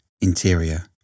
interior